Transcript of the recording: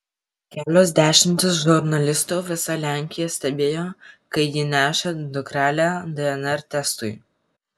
kelios dešimtys žurnalistų visa lenkija stebėjo kai ji nešė dukrelę dnr testui